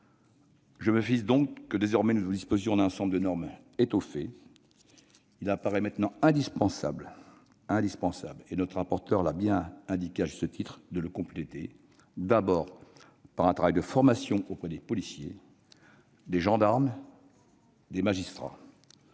Je me félicite donc que désormais nous disposions d'un ensemble de normes étoffé. Il apparaît maintenant indispensable- notre rapporteur l'a indiqué à juste titre -de le compléter, d'abord, par un travail de formation auprès des policiers, des gendarmes et des magistrats,